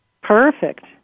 Perfect